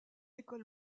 école